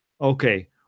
Okay